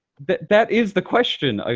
but that is the question, ah